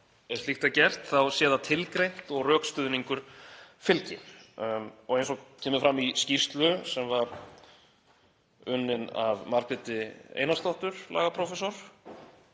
ef slíkt er gert, þá sé það tilgreint og rökstuðningur fylgi. Eins og kemur fram í skýrslu sem var unnin af Margréti Einarsdóttur, dósent